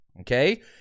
okay